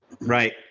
Right